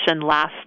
last